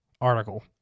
article